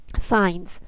signs